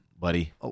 buddy